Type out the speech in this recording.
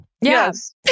yes